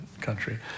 country